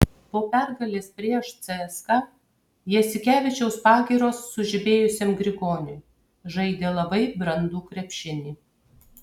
po pergalės prieš cska jasikevičiaus pagyros sužibėjusiam grigoniui žaidė labai brandų krepšinį